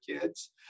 kids